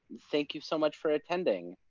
thank you so much for attending.